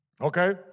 Okay